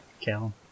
Cal